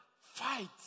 fight